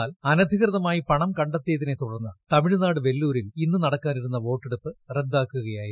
എന്നാൽ അനധികൃതമായി പണം കണ്ടെത്തിയതിനെ തുടർന്ന് തമിഴ്നാട് വെല്ലൂരിൽ ഇന്ന് നടക്കാനിരുന്ന വോട്ടെടുപ്പ് റദ്ദാക്കുകയായിരുന്നു